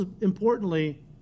importantly